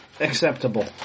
Acceptable